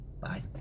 Bye